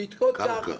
בדיקות קרקע.